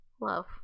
Love